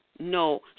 No